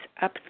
up